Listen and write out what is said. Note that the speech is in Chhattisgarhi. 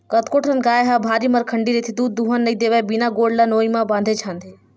कतको ठन गाय ह भारी मरखंडी रहिथे दूद दूहन नइ देवय बिना गोड़ ल नोई म बांधे छांदे